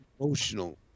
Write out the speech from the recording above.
emotional